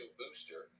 booster